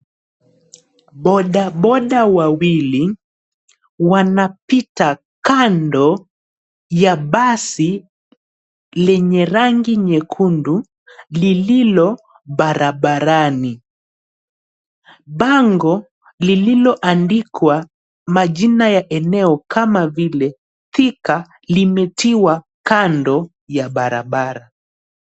Bodaboda wawili wanapita kando ya basi lenye rangi nyekundu lililo barabarani. Bango lililoandikwa majina ya eneo kama vile Thika limetiwa kando ya barabara.